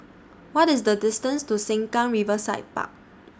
What IS The distance to Sengkang Riverside Park